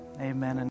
amen